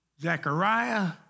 Zechariah